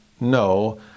No